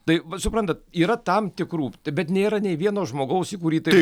tai va suprantat yra tam tikrų bet nėra nei vieno žmogaus į kurį tai